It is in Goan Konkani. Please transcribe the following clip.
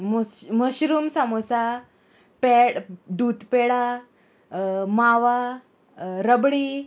मस मशरूम सामोसा पेड दूद पेडा मावा रबडी